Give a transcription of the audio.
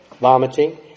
vomiting